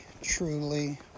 truly